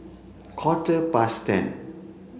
Quarter past ten